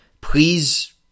please